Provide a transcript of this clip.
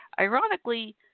ironically